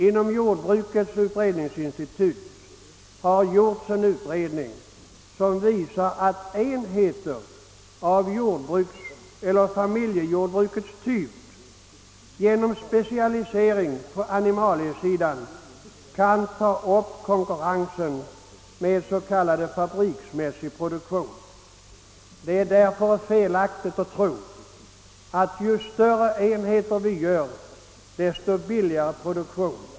Inom jordbrukets utredningsinstitut har gjorts en utredning som visar att enheter av familjejordbrukets typ genom specialisering på animaliesidan kan ta upp konkurrensen med s.k. fabriksmässig produktion. Det är därför felaktigt att tro att ju större enheter vi gör, desto billigare blir produktionen.